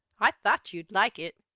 i thought you'd like it!